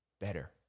better